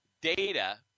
data